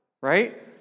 right